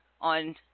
on